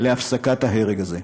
להפסקת ההרג הזה.